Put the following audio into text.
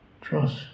trust